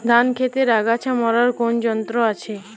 ধান ক্ষেতের আগাছা মারার কোন যন্ত্র আছে?